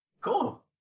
cool